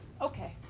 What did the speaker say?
Okay